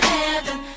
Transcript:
heaven